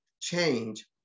change